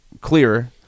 clearer